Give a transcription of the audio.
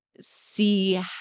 see